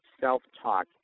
self-talk